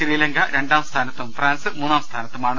ശ്രീലങ്ക രണ്ടാം സ്ഥാനത്തും ഫ്രാൻസ് മൂന്നാം സ്ഥാനത്തുമാണ്